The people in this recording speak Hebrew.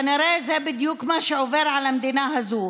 כנראה שזה בדיוק מה שעובר על המדינה הזו,